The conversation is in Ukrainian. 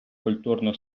культурну